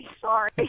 Sorry